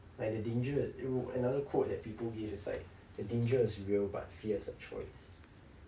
but the danger i~ it'll another quote that people give is like the danger is real but fear is a choice